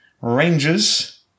rangers